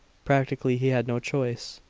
practically he had no choice.